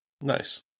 Nice